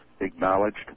acknowledged